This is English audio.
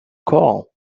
call